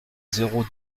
zéro